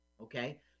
okay